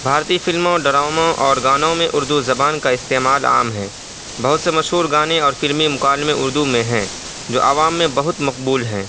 بھارتی فلموں ڈراموں اور گانوں میں اردو زبان کا استعمال عام ہے بہت سے مشہور گانے اور فلمی مکالمے اردو میں ہیں جو عوام میں بہت مقبول ہیں